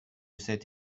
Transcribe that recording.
cette